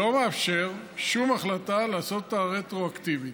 לא מאפשר בשום החלטה לעשות אותה רטרואקטיבית,